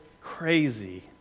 crazy